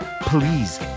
please